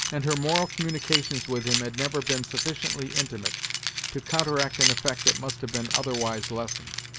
and her moral communications with him had never been sufficiently intimate to counteract an effect that must have been otherwise lessened,